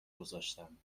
گذاشتم